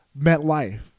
MetLife